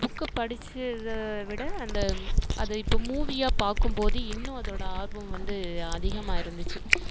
புக்கை படிச்சதை விட அந்த அது இப்போ மூவியாக பார்க்கும்போது இன்னும் அதோட ஆர்வம் வந்து அதிகமாக இருந்துச்சு